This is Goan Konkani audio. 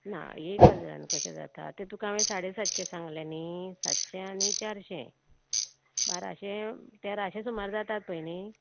ना एक हजारान कशें जाता तें तुका हांवें साडे सातशें सांगलें न्ही सातशें आनी चारशें बाराशें तेराशें सुमार जातात पय न्ही